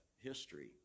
history